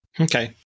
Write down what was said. Okay